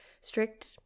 strict